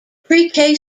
pre